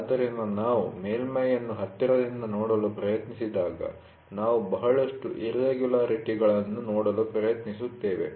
ಆದ್ದರಿಂದ ನಾವು ಮೇಲ್ಮೈ ಅನ್ನು ಹತ್ತಿರದಿಂದ ನೋಡಲು ಪ್ರಯತ್ನಿಸಿದಾಗ ನಾವು ಬಹಳಷ್ಟು ಇರ್ರೆಗುಲರಿಟಿ'ಗಳನ್ನು ನೋಡಲು ಪ್ರಯತ್ನಿಸುತ್ತೇವೆ